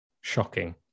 shocking